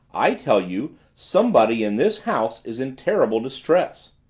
i tell you somebody in this house is in terrible distress.